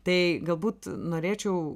tai galbūt norėčiau